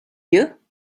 you